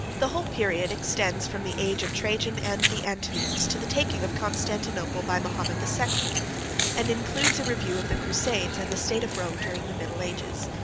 the whole period extends from the age of trajan and the antonines, to the taking of constantinople by mahomet the second and includes a review of the crusades, and the state of rome during the middle ages.